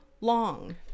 long